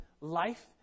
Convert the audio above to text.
life